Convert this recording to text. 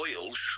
oils